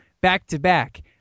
back-to-back